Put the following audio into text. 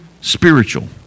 spiritual